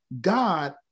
God